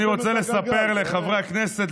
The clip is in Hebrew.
אני רוצה לספר לחברי הכנסת,